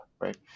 right